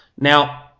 Now